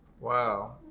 Wow